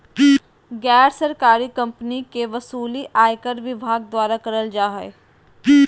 गैर सरकारी कम्पनी के वसूली आयकर विभाग द्वारा करल जा हय